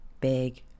big